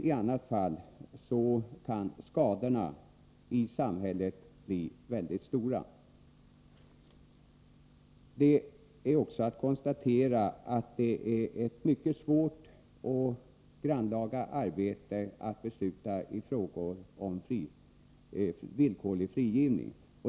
I annat fall kan skadorna i samhället bli väldigt stora. Det är ett mycket svårt och grannlaga arbete att besluta i frågor om villkorlig frigivning.